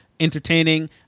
entertaining